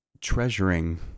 treasuring